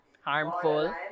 Harmful